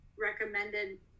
recommended